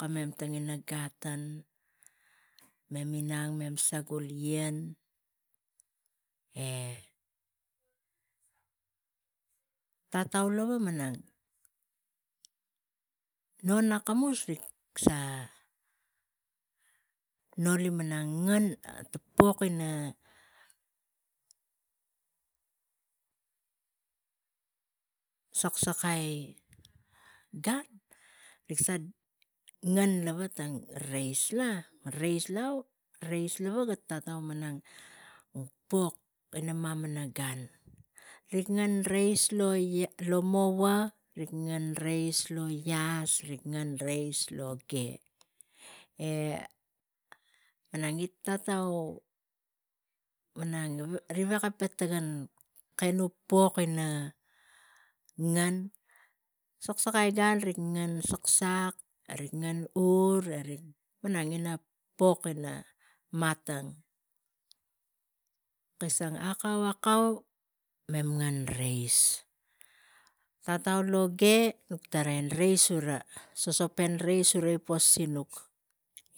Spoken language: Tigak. Kamem tang ina gaden mem inang mem sa gul ien tagtau lava non akamus rik sa noli malang tang pok ina sak- sakai gan rik sa ngen lava rik ngen reis lava, reis nau reis lava i malang pok gi mamana gan rik ngen reis lomoua, rik ngen reis loge e malang gi tatau malang ga veko kam ta kana kantu pokina ngen sak sakai gan ngen saksak erik ngen ur, rik malang pok ina matang kisang akamus akau mem ngen reis tatau loge tarai reis ura, sosopen reis ura po sinuk